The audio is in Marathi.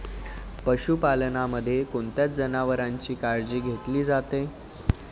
पशुपालनामध्ये कोणत्या जनावरांची काळजी घेतली जाते?